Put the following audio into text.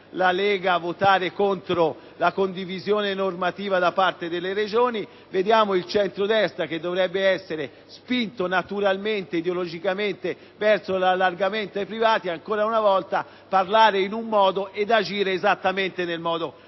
la Lega votare contro la condivisione normativa da parte delle Regioni, vediamo ora il centrodestra, che dovrebbe essere spinto naturalmente ed ideologicamente verso l'allargamento ai privati, ancora una volta parlare in un modo ed agire esattamente nel modo